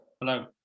Hello